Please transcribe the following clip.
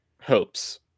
hopes